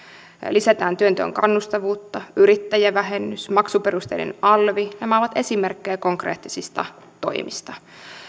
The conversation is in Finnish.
lisätään työteon kannustavuutta yrittäjävähennys maksuperusteinen alvi nämä ovat esimerkkejä konkreettisista toimista